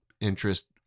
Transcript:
interest